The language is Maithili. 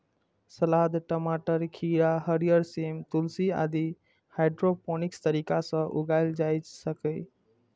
सलाद, टमाटर, खीरा, हरियर सेम, तुलसी आदि हाइड्रोपोनिक्स तरीका सं उगाएल जा सकैए